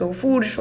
food